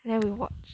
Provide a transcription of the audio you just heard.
then we watch